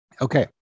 Okay